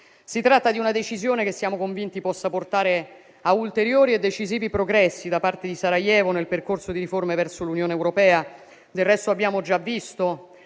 Si tratta di una decisione che siamo convinti possa portare a ulteriori e decisivi progressi da parte di Sarajevo nel percorso di riforme verso l'Unione europea. Del resto, abbiamo già visto